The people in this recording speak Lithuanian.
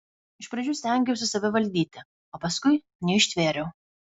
iš pradžių stengiausi save valdyti o paskui neištvėriau